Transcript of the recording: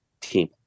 team